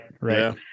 right